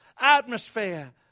atmosphere